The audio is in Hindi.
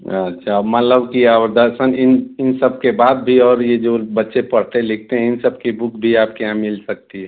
अच्छा मतलब कि और दर्शन इन इन सबके बाद भी और ये जो बच्चे पढ़ते लिखते हैं इन सबकी बूक भी आपके यहाँ मिल सकती है